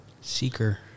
Seeker